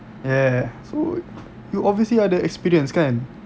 ya so you obviously ada experience kan